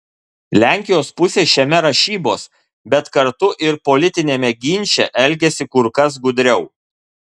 lenkijos pusė šiame rašybos bet kartu ir politiniame ginče elgiasi kur kas gudriau